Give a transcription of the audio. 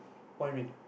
what you mean